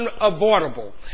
unavoidable